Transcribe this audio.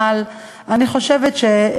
אבל אני חושבת ש,